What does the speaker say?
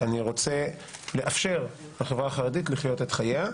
אני רוצה לאפשר לחברה החרדית לחיות את חייה.